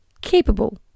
capable